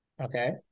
Okay